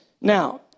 Now